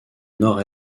nord